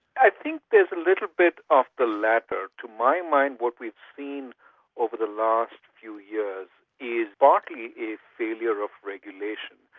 i think there's a little bit of the latter. to my mind what we've seen over the last few years is partly a failure of regulation.